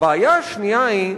הבעיה השנייה היא: